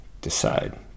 decide